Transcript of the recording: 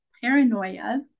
paranoia